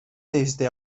desde